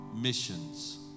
missions